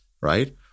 right